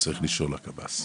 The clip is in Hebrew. היה צריך לשאול הקב״ס.